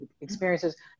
experiences